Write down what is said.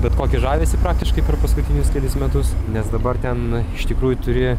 bet kokį žavesį praktiškai per paskutinius kelis metus nes dabar ten iš tikrųjų turi